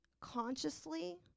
consciously